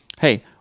hey